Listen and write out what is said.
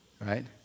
right